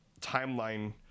timeline